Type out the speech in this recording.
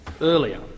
earlier